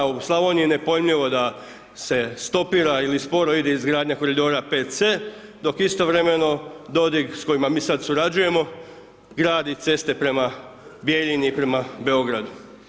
Jer nama u Slavoniji je nepojmljivo da se stopira ili sporo ide izgradnja koridora 5C dok istovremeno Dodik s kojima mi sada surađujemo gradi ceste prema Bijeljini, prema Beogradu.